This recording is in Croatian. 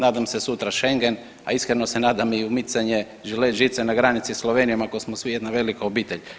Nadam se sutra Schengen, a iskreno se nadam i micanje žilet žice na granici sa Slovenijom ako smo svi jedna velika obitelj.